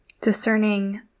discerning